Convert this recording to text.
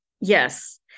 Yes